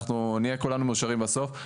אנחנו נהיה כולנו מאושרים בסוף,